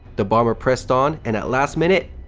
the bomber pressed on and at last minute